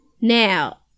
Now